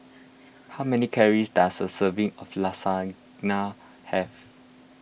how many calories does a serving of Lasagna have